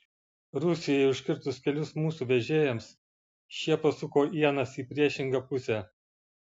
rusijai užkirtus kelius mūsų vežėjams šie pasuko ienas į priešingą pusę